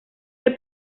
que